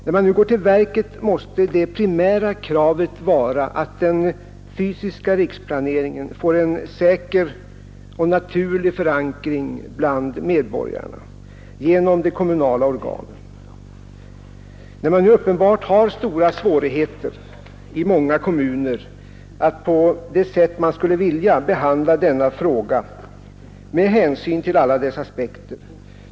När man nu går till verket måste det primära kravet vara att den fysiska riksplaneringen får en säker och naturlig förankring bland medborgarna genom de kommunala organen. Det är uppenbart att många kommuner har stora svårigheter att behandla denna fråga på det sätt de skulle vilja med hänsyn till alla dess aspekter.